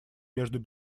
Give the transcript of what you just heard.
между